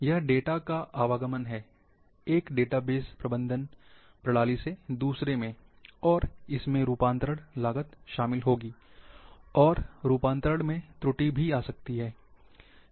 यह डेटा का आवागमन है एक डेटाबेस प्रबंधन प्रणाली से दूसरे में और इसमें रूपांतरण लागत शामिल होगी और रूपांतरण से त्रुटि आ सकती हैं